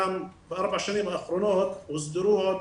גם בארבע שנים האחרונות הוסדרו עוד